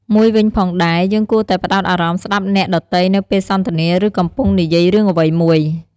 មួយវិញផងដែរ យើងគួរតែផ្តោតអារម្មណ៍ស្តាប់អ្នកដ៏ទៃនៅពេលសន្ទនាឬកំពុងនិយាយរឿងអ្វីមួយ។